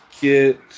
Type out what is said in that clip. get